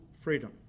freedom